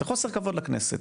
זה חוסר כבוד לכנסת.